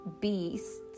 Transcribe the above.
Beasts